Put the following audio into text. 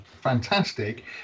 fantastic